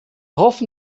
hoffen